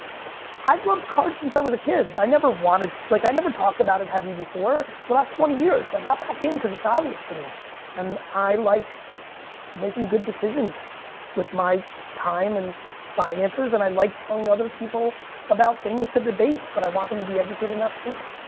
i've loved cards since i was a kid. i never wanted, like i never talked about it heavy before, for the last twenty years. i got back in cause it's obvious to me and i like making good decisions with my time and finances and i like telling other people about things to debate but i want them to be educated and not stupid.